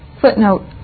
footnote